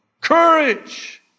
Courage